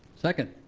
second.